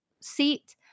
seat